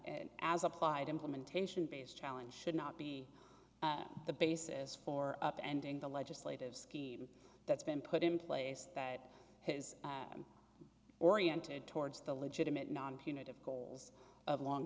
and as applied implementation based challenge should not be the basis for up ending the legislative scheme that's been put in place that has oriented towards the legitimate non punitive goals of long